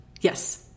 Yes